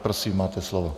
Prosím, máte slovo.